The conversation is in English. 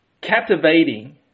captivating